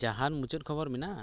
ᱡᱟᱦᱟᱱ ᱢᱩᱪᱟᱹᱫ ᱠᱷᱚᱵᱚᱨ ᱢᱮᱱᱟᱜᱼᱟ